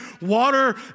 water